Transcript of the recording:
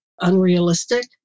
unrealistic